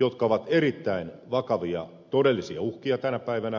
jotka ovat erittäin vakavia todel lisia uhkia tänä päivänä